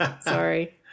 Sorry